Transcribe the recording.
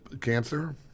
cancer